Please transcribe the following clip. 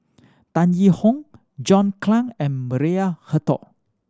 Tan Yee Hong John Clang and Maria Hertogh